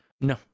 No